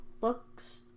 looks